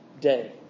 day